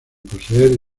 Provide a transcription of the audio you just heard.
poseer